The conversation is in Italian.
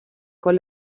con